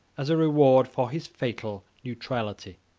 as a reward for his fatal neutrality.